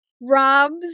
Rob's